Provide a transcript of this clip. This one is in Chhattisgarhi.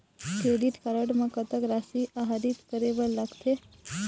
क्रेडिट कारड म कतक राशि आहरित करे बर लगथे?